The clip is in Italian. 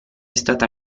stata